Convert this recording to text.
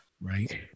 right